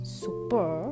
super